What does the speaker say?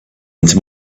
into